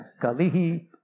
Kalihi